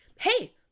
Hey